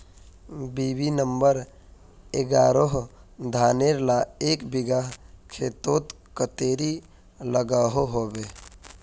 BB number एगारोह धानेर ला एक बिगहा खेतोत कतेरी लागोहो होबे?